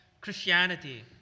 Christianity